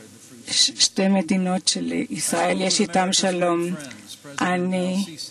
שתי מדינות שישראל נהנית מפירות השלום עימן כבר זמן רב.